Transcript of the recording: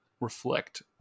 reflect